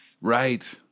Right